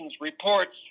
reports